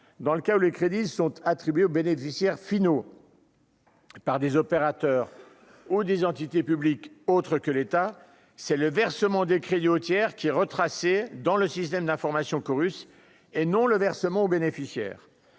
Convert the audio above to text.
dans le cas où les crédits sont attribués aux bénéficiaires finaux. Par des opérateurs ou des entités publiques, autre que l'État, c'est le versement des crédits au tiers qui est retracée dans le système d'information Corus et non le versement aux bénéficiaires